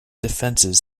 defences